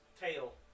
tail